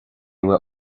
were